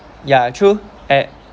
ya true at